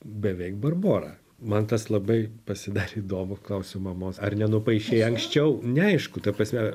beveik barbora man tas labai pasidarė įdomu klausiu mamos ar nenupaišei anksčiau neaišku ta prasme